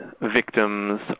victims